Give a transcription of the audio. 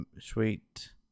sweet